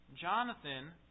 Jonathan